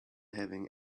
having